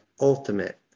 ultimate